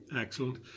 excellent